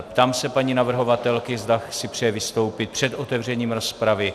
Ptám se paní navrhovatelky, zda si přeje vystoupit před otevřením rozpravy.